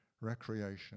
recreation